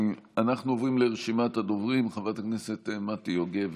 אנחנו עוברים לרשימת הדוברים: חברת הכנסת מטי יוגב,